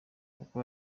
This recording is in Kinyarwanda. koko